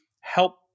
help